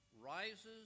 rises